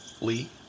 Lee